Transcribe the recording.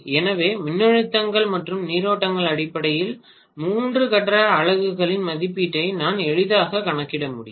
எனவே மின்னழுத்தங்கள் மற்றும் நீரோட்டங்களின் அடிப்படையில் மூன்று கட்ட அலகுகளின் மதிப்பீட்டை நான் எளிதாகக் கணக்கிட முடியும்